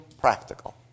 practical